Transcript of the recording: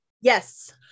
Yes